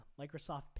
Microsoft